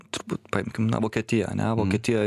turbūt paimkim na vokietiją ane vokietijoj